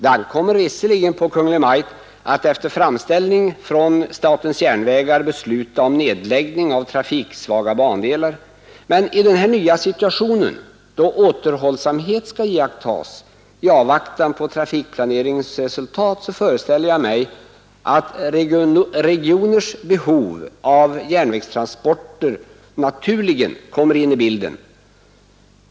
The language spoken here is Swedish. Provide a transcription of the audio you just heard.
Det ankommer visserligen på Kungl. Maj:t att efter framställning från statens järnvägar besluta om nedläggning av trafiksvaga bandelar, men i den här nya situationen, då återhållsamhet skall iakttas i avvaktan på trafikplaneringens resultat, föreställer jag mig att regioners behov av järnvägstransporter naturligen kommer in i bilden.